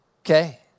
Okay